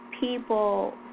People